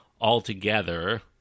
altogether